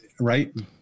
right